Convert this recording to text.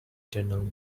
tunnel